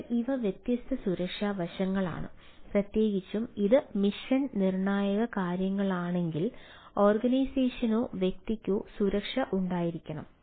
അതിനാൽ ഇവ വ്യത്യസ്ത സുരക്ഷാ വശങ്ങളാണ് പ്രത്യേകിച്ചും ഇത് മിഷൻ നിർണായക കാര്യങ്ങളാണെങ്കിൽ ഓർഗനൈസേഷനോ വ്യക്തിക്കോ സുരക്ഷ ഉണ്ടായിരിക്കണം